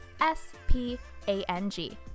S-P-A-N-G